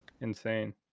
insane